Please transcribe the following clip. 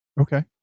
Okay